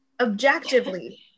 Objectively